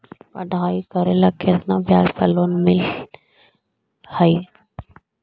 पढाई करेला केतना ब्याज पर लोन मिल हइ?